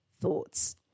thoughts